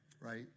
Right